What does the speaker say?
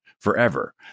forever